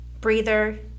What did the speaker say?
breather